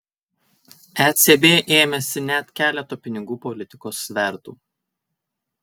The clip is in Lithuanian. ecb ėmėsi net keleto pinigų politikos svertų